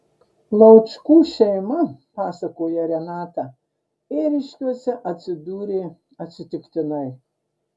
laučkų šeima pasakoja renata ėriškiuose atsidūrė atsitiktinai